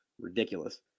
ridiculous